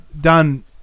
done